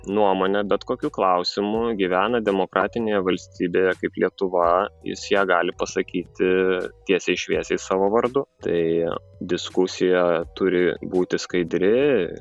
nuomonę bet kokiu klausimu gyvena demokratinėje valstybėje kaip lietuva jis ją gali pasakyti tiesiai šviesiai savo vardu tai diskusija turi būti skaidri